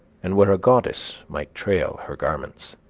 and where a goddess might trail her garments.